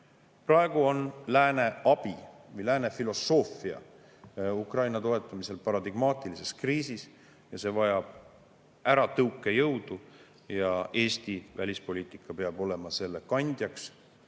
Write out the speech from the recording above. Praegu on lääne abi või lääne filosoofia Ukraina toetamisel paradigmaatilises kriisis ja see vajab äratõukejõudu. Eesti välispoliitika peab olema selle kandjaks,